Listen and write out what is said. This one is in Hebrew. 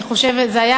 אני חושבת שזה היה